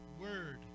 word